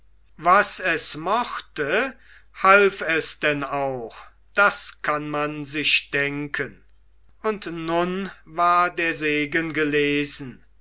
was es mochte half es denn auch das kann man sich denken und nun war der segen gelesen